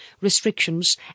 restrictions